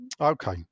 Okay